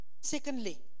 Secondly